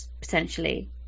potentially